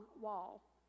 wall